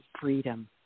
freedom